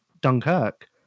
dunkirk